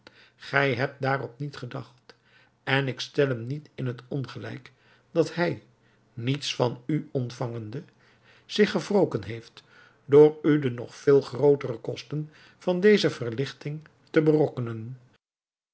gij hebt daarop niet gedacht en ik stel hem niet in het ongelijk dat hij niets van u ontvangende zich gewroken heeft door u de nog veel grootere kosten van deze verlichting te berokkenen